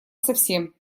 совсем